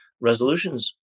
resolutions